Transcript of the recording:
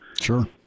Sure